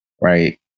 right